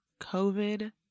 covid